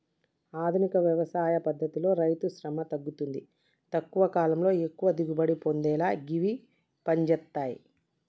ఆధునిక వ్యవసాయ పద్దతితో రైతుశ్రమ తగ్గుతుంది తక్కువ కాలంలో ఎక్కువ దిగుబడి పొందేలా గివి పంజేత్తయ్